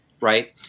Right